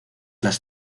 las